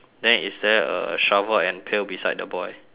then is there a shovel and pail beside the boy